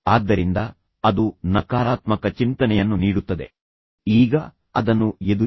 ಆದ್ದರಿಂದ ಅದು ಮತ್ತೆ ನಿಮಗೆ ನಕಾರಾತ್ಮಕ ಚಿಂತನೆಯನ್ನು ನೀಡುತ್ತದೆ ಮತ್ತು ಕೆಟ್ಟ ಅಭ್ಯಾಸಗಳನ್ನು ಬೆಳೆಸುತ್ತದೆ